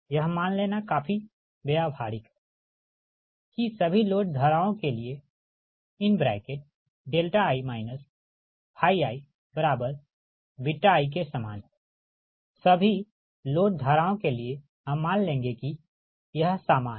यह मान लेना काफी व्यावहारिक है कि सभी लोड धाराओं के लिएi ii के समान है सभी लोड धाराओं के लिए हम मान लेंगे कि यह समान है